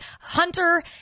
hunter